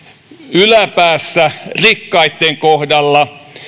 yläpäässä rikkaitten kohdalla kun